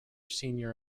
senior